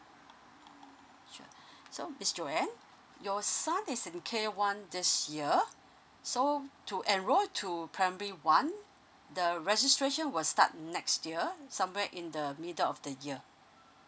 sure so miss Joanne your son is in care one this year so to enrol to primary one the registration will start next year somewhere in the middle of the year